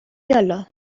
یالا